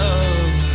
Love